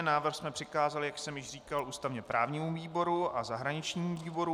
Návrh jsme přikázali, jak jsem již říkal, ústavněprávnímu výboru a zahraničnímu výboru.